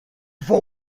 for